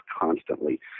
constantly